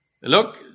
Look